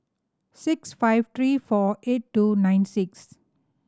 six five three four eight two nine six